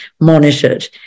monitored